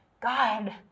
God